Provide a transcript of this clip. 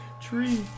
Tree